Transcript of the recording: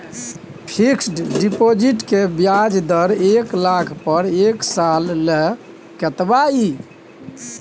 Fixed deposit के ब्याज दर एक लाख पर एक साल ल कतबा इ?